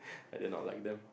I did not like them